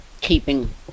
keeping